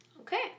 Okay